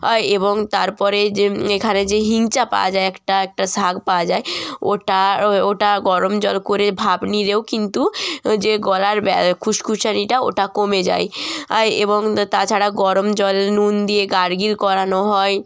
অয় এবং তারপরে যে এখানে যে হিংচা পাওয়া যায় একটা একটা শাক পাওয়া যায় ওটার ওওটা গরম জল করে ভাপ নিলেও কিন্তু যে গলার ব্য খুসখুসানিটা ওটা কমে যায় আর এবং তাছাড়া গরম জল নুন দিয়ে গারগেল করানো হয়